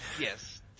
Yes